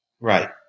Right